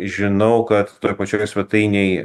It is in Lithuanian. žinau kad toj pačioj svetainėj